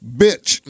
bitch